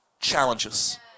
challenges